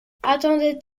attendait